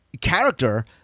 character